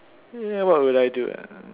err what will I do ah